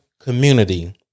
community